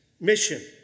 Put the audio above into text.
mission